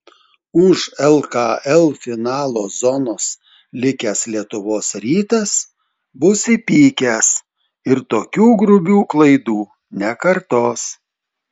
už lkl finalo zonos likęs lietuvos rytas bus įpykęs ir tokių grubių klaidų nekartos